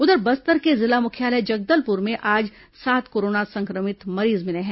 उधर बस्तर के जिला मुख्यालय जगदलपुर में आज सात कोरोना संक्रमित मरीज मिले हैं